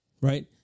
right